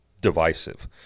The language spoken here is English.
divisive